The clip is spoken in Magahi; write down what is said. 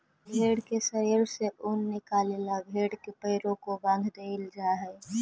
भेंड़ के शरीर से ऊन निकाले ला भेड़ के पैरों को बाँध देईल जा हई